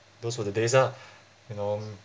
those were the days ah you know